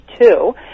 two